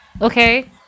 okay